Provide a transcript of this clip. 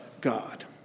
God